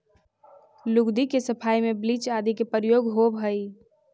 लुगदी के सफाई में ब्लीच आदि के प्रयोग होवऽ हई